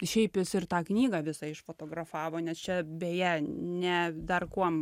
šiaip jis ir tą knygą visą išfotografavo nes čia beje ne dar kuom